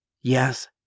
Yes